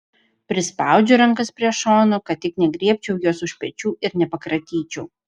prispaudžiu rankas prie šonų kad tik negriebčiau jos už pečių ir nepakratyčiau